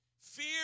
Fear